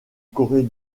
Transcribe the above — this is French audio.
corée